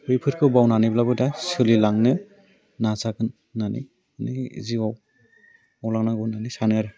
बैफोरखौ बावनानैब्लाबो दा सोलिलांनो नाजागोन होननानै माने जिउवाव मावलांनांगौ होननानै सानो आरो